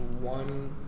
one